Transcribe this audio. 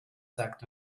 sagt